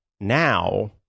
now